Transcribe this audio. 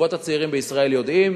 הזוגות הצעירים בישראל יודעים